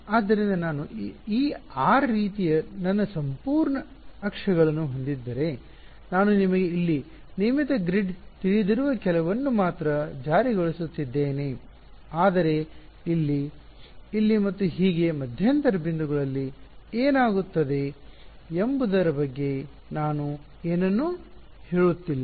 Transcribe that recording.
ಆದ್ದರಿಂದ ನಾನು ಈ r ರೀತಿಯ ನನ್ನ ಸಂಪೂರ್ಣ ಅಕ್ಷಗಳನ್ನು ಹೊಂದಿದ್ದರೆ ನಾನು ನಿಮಗೆ ಇಲ್ಲಿ ನಿಯಮಿತ ಗ್ರಿಡ್ ತಿಳಿದಿರುವ ಕೆಲವನ್ನು ಮಾತ್ರ ಜಾರಿಗೊಳಿಸುತ್ತಿದ್ದೇನೆ ಆದರೆ ಇಲ್ಲಿ ಇಲ್ಲಿ ಮತ್ತು ಹೀಗೆ ಮಧ್ಯಂತರ ಬಿಂದುಗಳಲ್ಲಿ ಏನಾಗುತ್ತದೆ ಎಂಬುದರ ಬಗ್ಗೆ ನಾನು ಏನನ್ನೂ ಹೇಳುತ್ತಿಲ್ಲ